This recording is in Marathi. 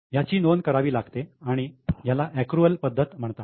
याची नोंद करावी लागते आणि ह्याला एकृअल पद्धत म्हणतात